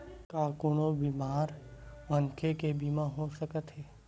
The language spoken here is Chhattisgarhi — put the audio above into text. का कोनो बीमार मनखे के बीमा हो सकत हे?